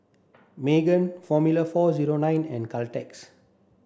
Megan Formula four zero nine and Caltex